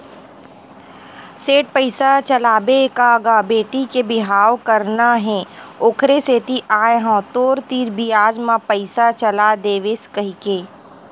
सेठ पइसा चलाबे का गा बेटी के बिहाव करना हे ओखरे सेती आय हंव तोर तीर बियाज म पइसा चला देतेस कहिके